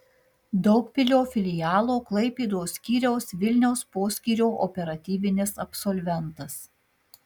daugpilio filialo klaipėdos skyriaus vilniaus poskyrio operatyvinis absolventas